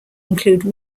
include